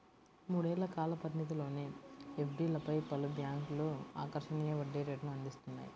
మూడేళ్ల కాల పరిమితిలోని ఎఫ్డీలపై పలు బ్యాంక్లు ఆకర్షణీయ వడ్డీ రేటును అందిస్తున్నాయి